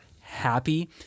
happy